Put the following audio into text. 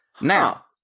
Now